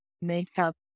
makeup